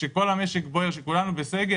כשכל המשק בוער, כשכולנו בסגר